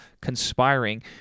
conspiring